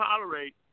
tolerate